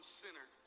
sinner